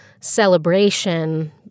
celebration